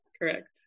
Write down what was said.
correct